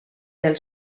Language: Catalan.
del